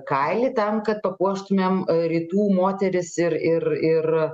kailį tam kad papuoštumėm rytų moteris ir ir ir